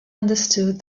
understood